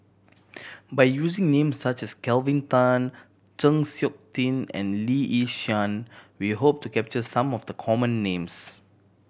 by using names such as Kelvin Tan Chng Seok Tin and Lee Yi Shyan we hope to capture some of the common names